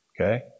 Okay